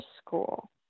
school